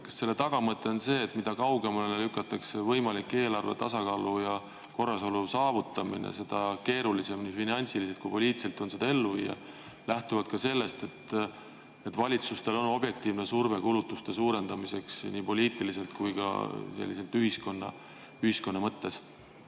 Kas selle tagamõte on see, et mida kaugemale lükatakse võimaliku eelarve tasakaalu ja korrasolu saavutamist, seda keerulisem on nii finantsiliselt kui ka poliitiliselt seda ellu viia lähtuvalt sellest, et valitsusel on objektiivne surve kulutuste suurendamiseks nii poliitiliselt kui ka ühiskonna mõttes?